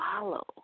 follow